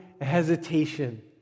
hesitation